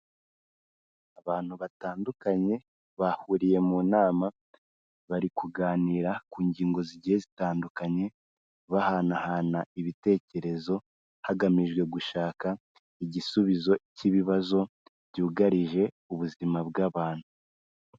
Abantu batandukanye bahuriye mu nama, bari kuganira ku ngingo zigiye zitandukanye, bahanahana ibitekerezo, hagamijwe gushaka igisubizo cy'ibibazo byugarije ubuzima bw'abantu.